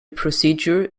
procedure